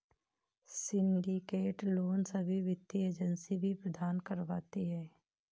syndicate loan सभी वित्तीय agency भी प्रदान करवाती है